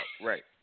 Right